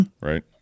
Right